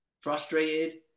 frustrated